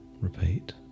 repeat